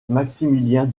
maximilien